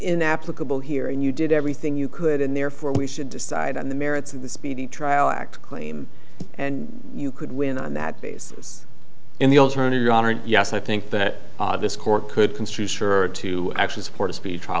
inapplicable here and you did everything you could and therefore we should decide on the merits of the speedy trial act claim and you could win on that basis in the alternative yes i think that this court could construe sure to actually support a spee